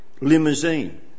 limousine